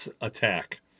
attack